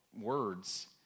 words